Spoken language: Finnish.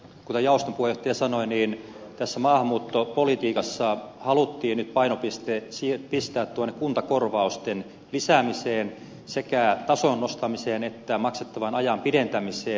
kuten jaoston puheenjohtaja sanoi maahanmuuttopolitiikassa haluttiin nyt painopiste pistää kuntakorvausten lisäämiseen sekä tason nostamiseen että maksettavan ajan pidentämiseen